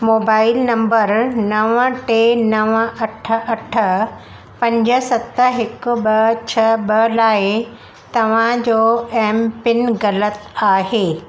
mobile number नव टे नव अठ अठ पंज सत हिकु ॿ छह ॿ लाइ तव्हांजो एमपिन ग़लति आहे